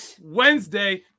Wednesday